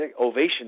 Ovation